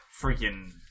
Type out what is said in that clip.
Freaking